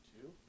Two